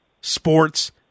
sports